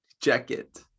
Jacket